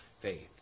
faith